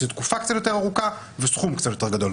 לתקופה קצת יותר ארוכה ולסכום קצת יותר גדול.